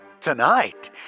Tonight